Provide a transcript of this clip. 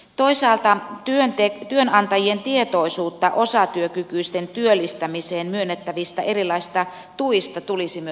toisaalta myös työnantajien tietoisuutta erilaisista osatyökykyisten työllistämiseen myönnettävistä tuista tulisi parantaa